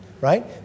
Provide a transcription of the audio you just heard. right